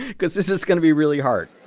because this is going to be really hard?